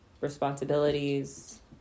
responsibilities